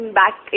back